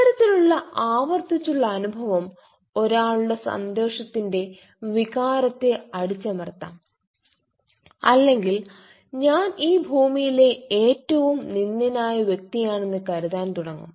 ഇത്തരത്തിലുള്ള ആവർത്തിച്ചുള്ള അനുഭവം ഒരാളുടെ സന്തോഷത്തിന്റെ വികാരത്തെ അടിച്ചമർത്താം അല്ലെങ്കിൽ ഞാൻ ഈ ഭൂമിയിലെ ഏറ്റവും നിന്ദ്യനായ വ്യക്തിയാണെന്ന് കരുതാൻ തുടങ്ങും